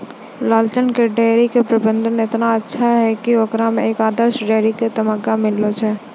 लालचन के डेयरी के प्रबंधन एतना अच्छा छै कि होकरा एक आदर्श डेयरी के तमगा मिललो छै